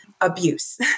abuse